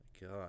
God